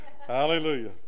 Hallelujah